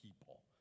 people